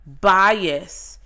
bias